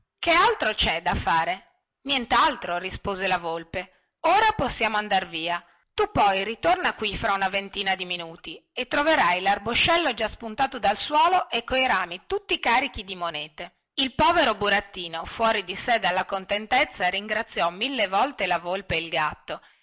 cè altro da fare nientaltro rispose la volpe ora possiamo andar via tu poi ritorna qui fra una ventina di minuti e troverai larboscello già spuntato dal suolo e coi rami tutti carichi di monete il povero burattino fuori di sé dalla contentezza ringraziò mille volte la volpe e il gatto